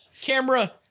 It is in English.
Camera